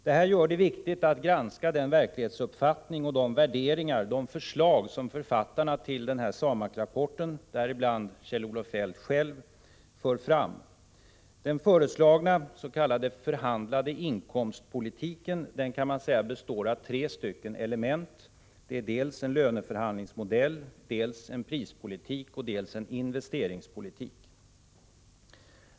Detta gör det viktigt att granska den verklighetsuppfattning, de värderingar och de förslag som författarna till SAMAK-rapporten, däribland Kjell-Olof Feldt själv, för fram. Den föreslagna s.k. förhandlade inkomstpolitiken kan sägas bestå av tre element. Det är dels en löneförhandlingsmodell, dels en prispolitik och dels en investeringspolitik.